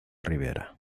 ribera